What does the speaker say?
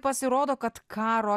pasirodo kad karo